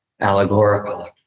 allegorical